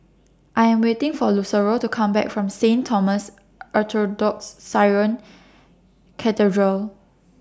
I Am waiting For Lucero to Come Back from Saint Thomas Orthodox Syrian Cathedral